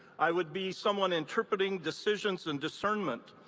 i would be someone interpreting decisions and discernment.